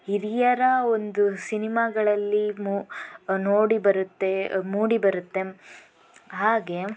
ಹಿರಿಯರ ಒಂದು ಸಿನಿಮಾಗಳಲ್ಲಿ ಮು ನೋಡಿ ಬರುತ್ತೆ ಮೂಡಿ ಬರುತ್ತೆ ಹಾಗೆ